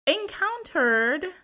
encountered